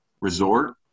resort